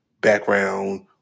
background